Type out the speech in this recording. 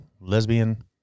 lesbian